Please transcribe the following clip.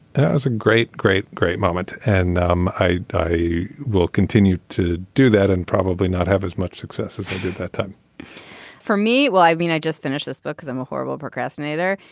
a great great great moment. and um i i will continue to do that and probably not have as much success as i did that time for me well i mean i just finished this book because i'm a horrible procrastinator.